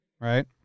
right